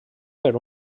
per